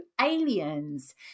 aliens